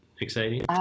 exciting